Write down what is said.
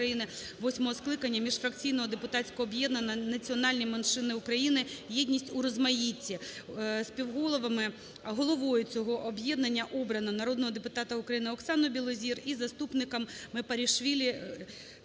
восьмого скликання міжфракційного депутатського об'єднання "Національні меншини України: єдність у розмаїтті". Співголовами, головою цього об'єднання обрано народного депутата України Оксану Білозір і заступником -Мепарішвілі